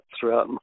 throughout